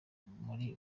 muri